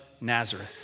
Nazareth